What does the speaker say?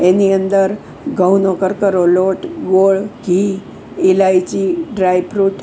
એની અંદર ઘઉંનો કરકરો લોટ ગોળ ઘી ઈલાયચી ડ્રાય ફ્રૂટ